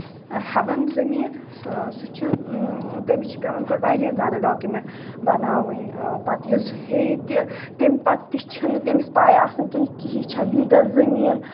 ہیوان زٔمیٖن سُہ چھُ تٔمِس چھُ پیوان گۄڈٕ واریاہ زیادٕ ڈاکمینٹ بَناوٕنۍ پَتہٕ ییٚلہِ سُہ ہیٚیہِ تہِ تَمہِ پَتہٕ تہِ چھُ نہٕ تٔمِس پاے آسان کہِ یہِ چھا لِیٖگل زٔمیٖن